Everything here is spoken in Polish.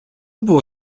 było